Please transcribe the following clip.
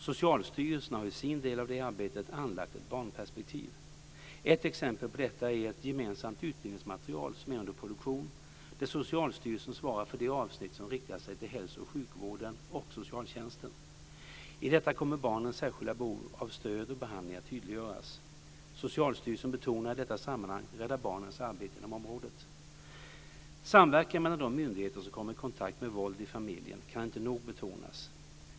Socialstyrelsen har i sin del av det arbetet anlagt ett barnperspektiv. Ett exempel på detta är ett gemensamt utbildningsmaterial som är under produktion, där Socialstyrelsen svarar för det avsnitt som riktar sig till hälso och sjukvården och socialtjänsten. I detta kommer barnens särskilda behov av stöd och behandling att tydliggöras. Socialstyrelsen betonar i detta sammanhang Rädda Barnens arbete inom området. Samverkan mellan de myndigheter som kommer i kontakt med våld i familjen kan inte nog betonas.